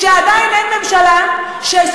כשעדיין אין ממשלה,